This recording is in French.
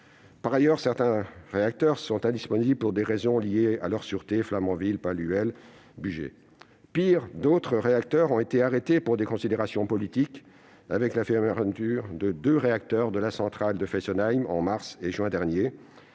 Par ailleurs, certains réacteurs sont indisponibles pour des raisons liées à leur sûreté : Flamanville, Paluel et le Bugey. Pis, d'autres réacteurs ont été arrêtés pour des considérations politiques : avec la fermeture des deux réacteurs de la centrale de Fessenheim, en mars et en juin derniers,